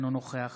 אינו נוכח